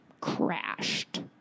crashed